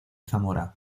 zamora